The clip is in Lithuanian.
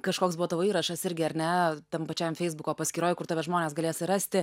kažkoks buvo tavo įrašas irgi ar ne tam pačiam feisbuko paskyroj kur tave žmonės galės ir rasti